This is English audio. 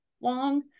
long